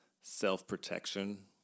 self-protection